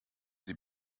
sie